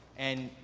and,